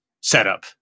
setup